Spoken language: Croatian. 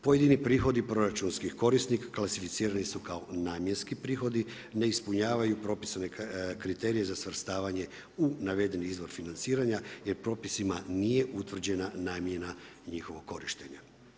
Pojedini prihodi proračunskih korisnika, klasificirani su kao namjenski prihodi, ne ispunjavaju propisane kriterije za svrstavanje u navedeni izvor financiranja jer propisima nije utvrđena namjena njihovog korištenja.